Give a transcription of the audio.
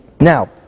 Now